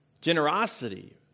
Generosity